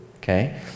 okay